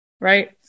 Right